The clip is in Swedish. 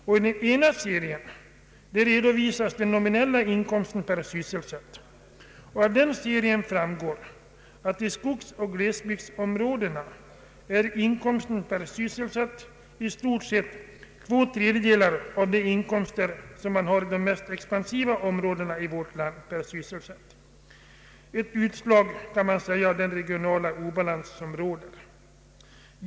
I den ena serien redovisas den nominella inkomsten per sysselsatt. Av den serien framgår att i skogsoch glesbygdsområdena är inkomsten per sysselsatt i stort två tredjedelar av inkomsterna i de mest expansiva områdena i vårt land. Ett utslag, kan man säga, av den regionala obalans som råder.